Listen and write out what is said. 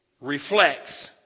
reflects